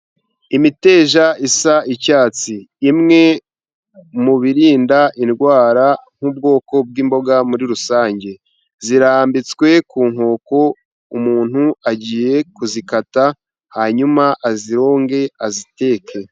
Imiteja isa icyatsi, imwe mu birinda indwara, nk'ubwoko bw'imboga muri rusange, zirambitswe ku nkoko umuntu agiye kuzikata, hanyuma azironge, aziteke.